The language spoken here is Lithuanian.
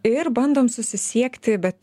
ir bandom susisiekti bet